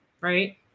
right